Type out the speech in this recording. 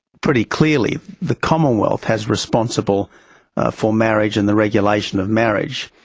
pretty clearly the commonwealth has responsible for marriage and the regulation of marriage.